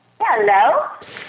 Hello